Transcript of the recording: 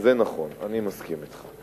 זה נכון, אני מסכים אתך.